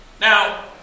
Now